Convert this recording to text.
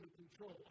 control